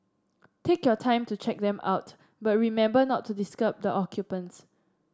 take your time to check them out but remember not to disturb the occupants